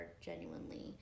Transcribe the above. genuinely